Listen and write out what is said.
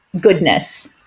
goodness